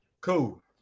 Cool